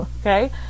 okay